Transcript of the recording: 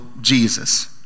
Jesus